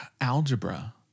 algebra